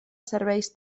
serveis